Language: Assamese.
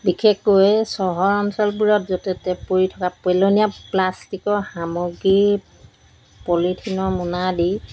বিশেষকৈ চহৰ অঞ্চলবোৰত য'তে পৰি থকা পলনীয়া প্লাষ্টিকৰ সামগ্ৰী পলিথিনৰ মুনা দি